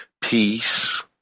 Peace